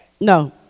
No